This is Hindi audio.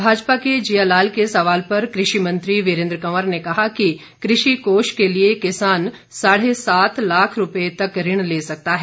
भाजपा के जिया लाल के सवाल पर कृषि मंत्री वीरेंद्र कंवर ने कहा कि कृषि कोष के लिए किसान साढ़े सात लाख रूपए तक ऋण ले सकता है